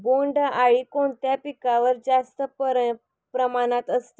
बोंडअळी कोणत्या पिकावर जास्त प्रमाणात असते?